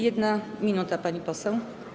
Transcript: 1 minuta, pani poseł.